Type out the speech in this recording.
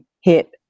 hit